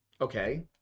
okay